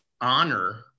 honor